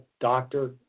doctor